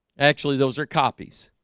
actually those are copies